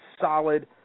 solid